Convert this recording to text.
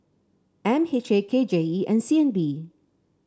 M H A K J E and C N B